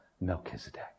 Melchizedek